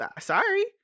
Sorry